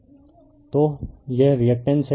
refer slide time 1359 तो यह reactance है